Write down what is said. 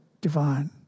divine